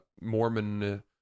Mormon